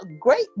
great